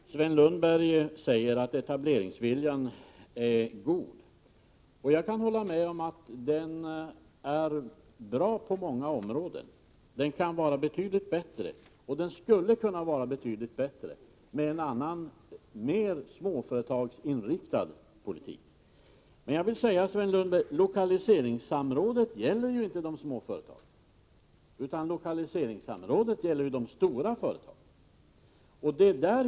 Herr talman! Sven Lundberg säger att etableringsviljan är god. Jag kan hålla med om att den är bra på många områden. Men den kan vara betydligt bättre. Den skulle kunna vara betydligt bättre med en annan, mer småföretagsinriktad politik. Men, Sven Lundberg, lokaliseringssamrådet gäller ju inte de små företagen. Lokaliseringssamrådet gäller de stora företagen.